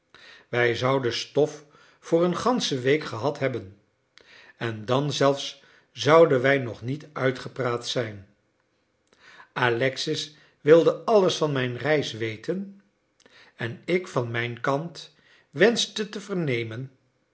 wij zouden stof voor een gansche week gehad hebben en dan zelfs zouden wij nog niet uitgepraat zijn alexis wilde alles van mijn reis weten en ik van mijn kant wenschte te vernemen